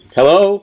Hello